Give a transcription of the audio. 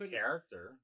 character